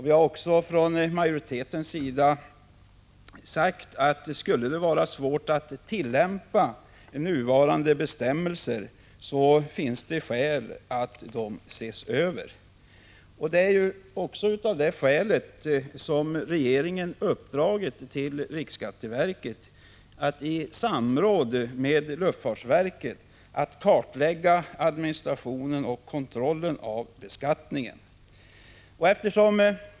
Vi har också från majoritetens sida sagt att skulle det vara svårt att tillämpa nuvarande bestämmelser, finns det skäl att se över dessa. Det är ju av det skälet som regeringen uppdragit åt riksskatteverket att i samråd med luftfartsverket kartlägga administrationen och kontrollen av beskattningen.